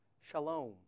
Shalom